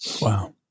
Wow